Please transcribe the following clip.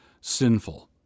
sinful